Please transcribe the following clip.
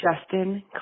Justin